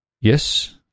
Yes